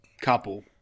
couple